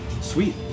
Sweet